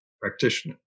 practitioner